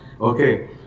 okay